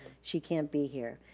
she can't be here.